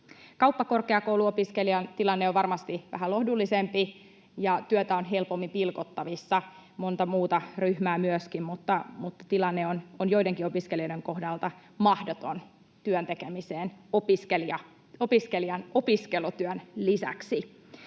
Kauppakorkeakouluopiskelijan tilanne on varmasti vähän lohdullisempi, työtä on helpommin pilkottavissa, ja on myöskin monta muuta ryhmää, mutta tilanne on joidenkin opiskelijoiden kohdalla mahdoton työn tekemiseen opiskelijan opiskelutyön lisäksi.